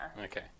Okay